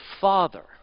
father